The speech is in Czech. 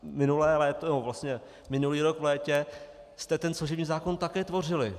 Minulé léto, vlastně minulý rok v létě jste ten služební zákon také tvořili.